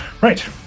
Right